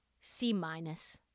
C-minus